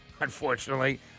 unfortunately